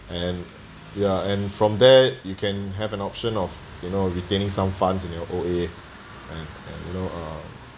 and ya and from there you can have an option of you know retaining some funds in your O_A and and you know uh